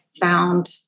found